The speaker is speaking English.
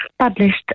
Published